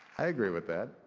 i agree with that,